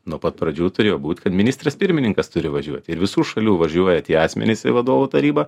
nuo pat pradžių turėjo būt kad ministras pirmininkas turi važiuot ir visų šalių važiuoja tie asmenys į vadovų tarybą